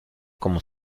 como